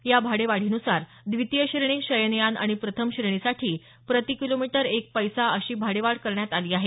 या भाडेवाढीनुसार द्वितीय श्रेणी शयनयान आणि प्रथम श्रेणीसाठी प्रति किलोमीटर एक पैसा अशी भाडे वाढ करण्यात आली आहे